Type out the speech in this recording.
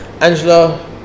Angela